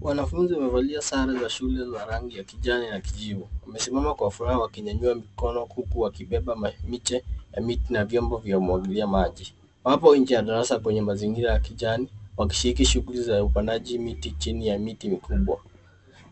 Wanafunzi wamevalia sare za shule za rangi ya kijani na kijivu wamesimama kwa furaha wakinyanyua mikono huku wakibeba miche ya miti na vyombo vya umwagilia maji. Hapo nje ya darasa kuna mazingira ya kijani wakishiriki shuguli za upandaji miti chini ya miti mikubwa.